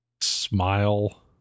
smile